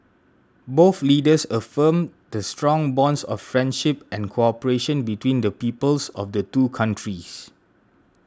both leaders affirmed the strong bonds of friendship and cooperation between the peoples of the two countries